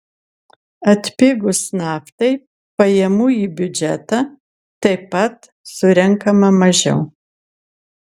atpigus naftai pajamų į biudžetą taip pat surenkama mažiau